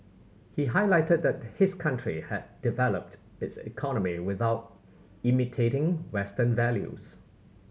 he highlighted that his country had developed its economy without imitating Western values